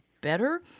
better